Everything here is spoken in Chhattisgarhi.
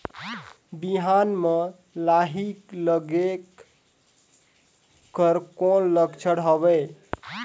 बिहान म लाही लगेक कर कौन लक्षण हवे?